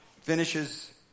finishes